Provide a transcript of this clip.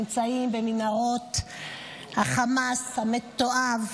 נמצאים במנהרות חמאס המתועב,